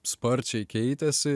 sparčiai keitėsi